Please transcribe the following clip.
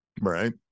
Right